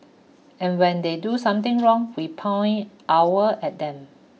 and when they do something wrong we point our at them